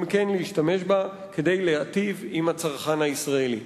גם כן להשתמש בה, כדי להיטיב עם הצרכן הישראלי.